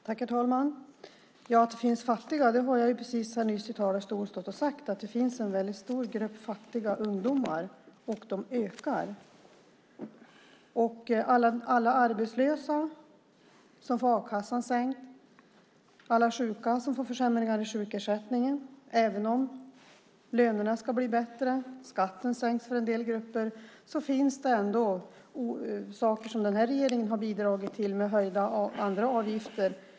Herr talman! Att det finns fattiga har jag nyss stått i talarstolen och sagt. Det finns en väldigt stor grupp fattiga ungdomar, och den ökar. Det handlar om alla arbetslösa som får a-kassan sänkt och alla sjuka som får försämringar i sjukersättningen. Även om lönerna ska bli bättre och skatten sänks för en del grupper finns det ändå saker som den här regeringen har bidragit till med höjda andra avgifter.